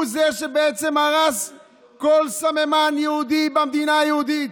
הוא זה שבעצם הרס כל סממן יהודי במדינה היהודית.